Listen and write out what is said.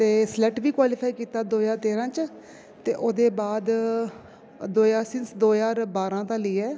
ते स्लैट बी क्वालीफाई कीता दो ज्हार तेरां च ते ओह्दे बाद दो ज्हार दो ज्हार बारां दा लेइयै